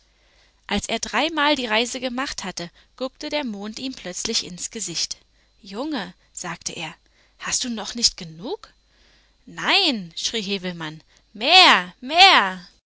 als er drei mal die reise gemacht hatte guckte der mond ihm plötzlich ins gesicht junge sagte er hast du noch nicht genug nein schrie häwelmann mehr mehr